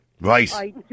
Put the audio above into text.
Right